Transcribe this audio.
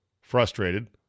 Frustrated